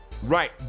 Right